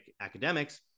academics